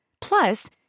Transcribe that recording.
Plus